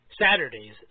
Saturdays